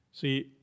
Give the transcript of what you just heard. See